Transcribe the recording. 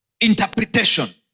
interpretation